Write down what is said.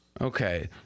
Okay